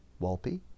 Wolpe